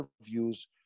interviews